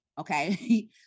Okay